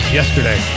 yesterday